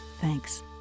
Thanks